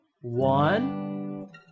one